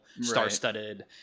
star-studded